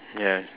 ya